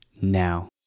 now